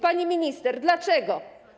Pani minister, dlaczego?